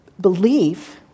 belief